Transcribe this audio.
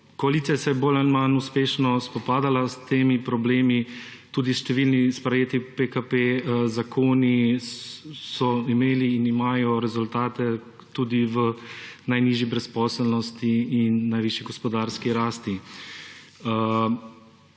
Koalicija se je bolj ali manj uspešno spopadala s temi problemi, tudi številni sprejeti zakoni PKP so imeli in imajo rezultate tudi v najnižji brezposelnosti in najvišji gospodarski rasti.